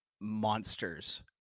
monsters